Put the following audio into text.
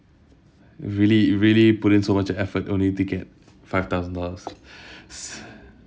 really really put in so much effort only to get five thousand dollars